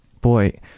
boy